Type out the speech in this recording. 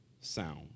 sound